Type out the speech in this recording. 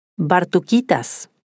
Bartuquitas